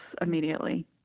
immediately